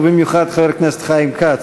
ובמיוחד חבר הכנסת חיים כץ: